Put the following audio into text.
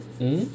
hmm